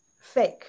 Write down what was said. fake